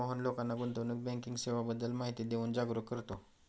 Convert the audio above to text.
मोहन लोकांना गुंतवणूक बँकिंग सेवांबद्दल माहिती देऊन जागरुक करतो